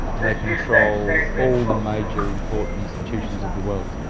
they control all the major important institutions of the world.